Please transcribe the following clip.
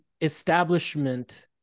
establishment